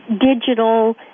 digital